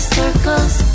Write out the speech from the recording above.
circles